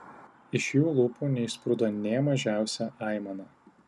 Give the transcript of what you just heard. iš jų lūpų neišsprūdo nė mažiausia aimana